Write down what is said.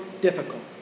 difficult